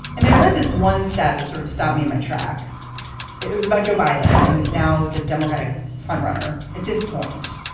and they read this one stat that sort of stopped me in my tracks it was about joe biden, who's now the democratic frontrunner at this point,